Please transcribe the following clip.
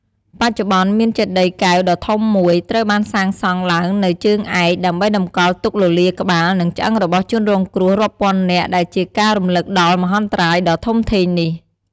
បច្ចុប្បន្ន មានចេតិយកែវដ៏ធំមួយត្រូវបានសាងសង់ឡើងនៅជើងឯក ដើម្បីតម្កល់ទុកលលាដ៍ក្បាល និងឆ្អឹងរបស់ជនរងគ្រោះរាប់ពាន់នាក់ ដែលជាការរំលឹកដល់មហន្តរាយដ៏ធំធេងនេះ។